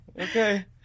Okay